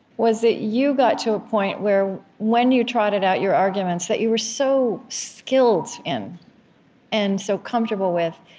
was that you got to a point where when you trotted out your arguments that you were so skilled in and so comfortable with,